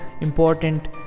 important